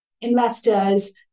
investors